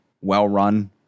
well-run